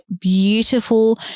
beautiful